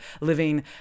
living